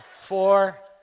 Four